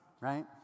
Right